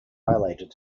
violated